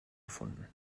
gefunden